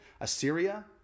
Assyria